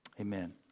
Amen